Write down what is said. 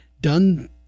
done